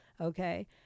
Okay